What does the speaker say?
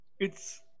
It's-